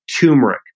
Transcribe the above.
turmeric